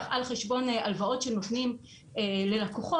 על חשבון הלוואות שנותנים ללקוחות,